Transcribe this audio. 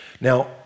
Now